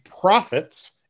profits